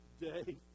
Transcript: day